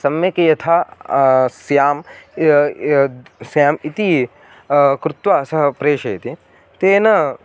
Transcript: सम्यक् यथा स्यां स्याम् इति कृत्वा सः प्रेषयति तेन